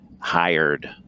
hired